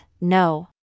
No